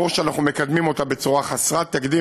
ברור שאנחנו מקדמים אותה בצורה חסרת תקדים,